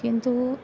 किन्तु